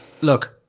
look